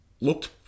looked